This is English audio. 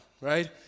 right